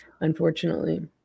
unfortunately